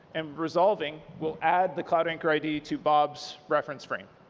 and resolving will add the cloud anchor id to bob's reference frame.